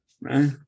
right